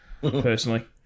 personally